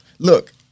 Look